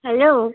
hello